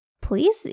please